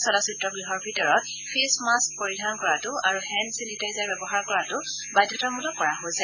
চলচিত্ৰ গৃহৰ ভিতৰত ফেচ মাস্ক পৰিধান কৰাটো আৰু হেণ্ড চেনিটাইজাৰ ব্যৱহাৰ কৰাটো বাধ্যতামূলক কৰা হৈছে